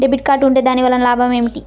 Debit card ఉంటే దాని వలన లాభం ఏమిటీ?